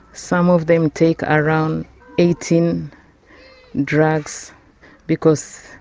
some of them take around eighteen drugs because,